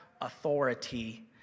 authority